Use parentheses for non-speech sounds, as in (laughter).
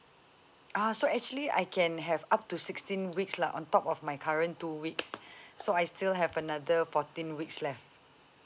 ah so actually I can have up to sixteen weeks lah on top of my current two weeks (breath) so I still have another fourteen weeks left